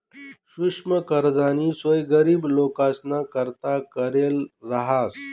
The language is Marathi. सुक्ष्म कर्जनी सोय गरीब लोकेसना करता करेल रहास